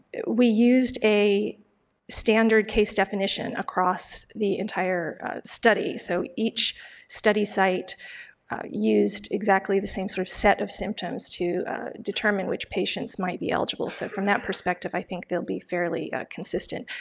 we used a standard case definition across the entire study so each study site used exactly the same sort of set of symptoms to determine which patients might be eligible. so from that perspective i think they'll be fairly consistent.